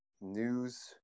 news